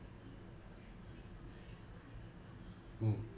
mm